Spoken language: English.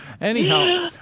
Anyhow